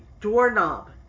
doorknob